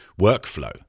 workflow